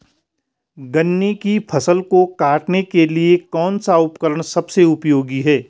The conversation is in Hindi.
गन्ने की फसल को काटने के लिए कौन सा उपकरण सबसे उपयोगी है?